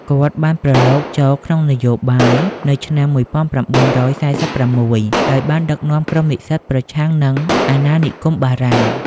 គាត់ បានប្រឡូកចូលក្នុងនយោបាយ នៅឆ្នាំ១៩៤៦ ដោយបានដឹកនាំក្រុមនិស្សិតប្រឆាំងនឹងអាណានិគមបារាំង។